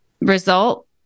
result